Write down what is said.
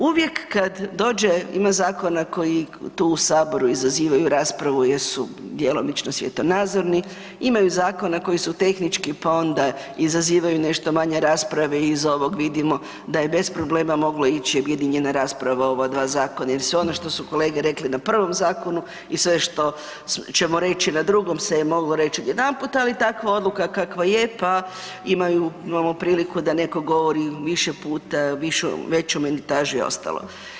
Uvijek kad dođe, ima zakona koji tu u saboru izazivaju raspravu jer su djelomično svjetonazorni, imaju zakona koji su tehnički pa onda izazivaju nešto manje rasprave, iz ovog vidimo da je bez problema moglo ići objedinjena rasprava o ova dva zakona jer sve ono što su kolege rekli na prvom zakonu i sve što ćemo reći na drugom se je moglo reći jedan puta, ali takva odluka kakva je pa imaju, imamo priliku da netko govori više puta, veću minutažu i ostalo.